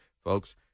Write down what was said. Folks